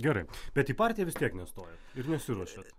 gerai bet į partiją vis tiek nestojot ir nesiruošiat